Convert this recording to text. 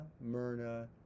Myrna